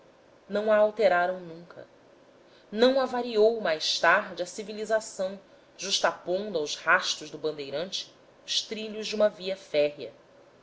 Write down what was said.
não a alteraram nunca não a variou mais tarde a civilização justapondo aos rastros do bandeirante os trilhos de uma via férrea